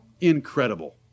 Incredible